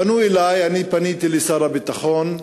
פנו אלי, פניתי לשר הביטחון,